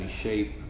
shape